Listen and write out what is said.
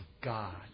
God